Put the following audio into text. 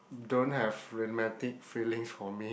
don't have romantic feelings for me